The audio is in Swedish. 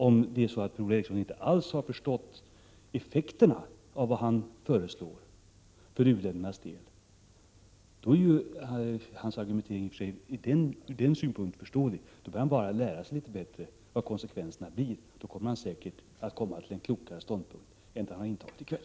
Om Per-Ola Eriksson inte alls har förstått effekterna för u-ländernas del av vad han föreslår, är hans argumentering ur den synpunkten i och för sig förståelig. Han behöver då bara lära sig litet mera om vad konsekvenserna blir. Han kommer då säkert att komma fram till en klokare ståndpunkt än den han har intagit i kväll.